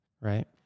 Right